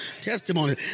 testimony